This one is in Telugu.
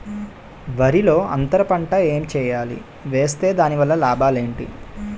వరిలో అంతర పంట ఎం వేయాలి? వేస్తే దాని వల్ల లాభాలు ఏంటి?